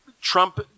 Trump